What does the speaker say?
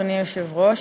אדוני היושב-ראש,